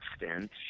extent